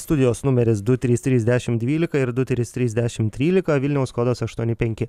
studijos numeris du trys trys dešimt dvylika ir du trys trys dešimt trylika vilniaus kodas aštuoni penki